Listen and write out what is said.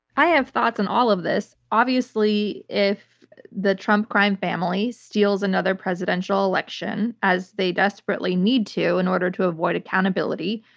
i have thoughts on and all of this. obviously, if the trump crime family steals another presidential election, as they desperately need to in order to avoid accountability,